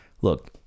look